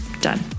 done